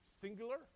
singular